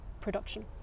production